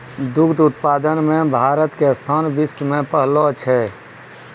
दुग्ध उत्पादन मॅ भारत के स्थान विश्व मॅ पहलो छै